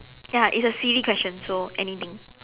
ya it's a silly question so anything